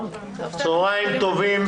צהרים טובים,